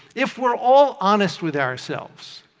if we're all honest with ourselves,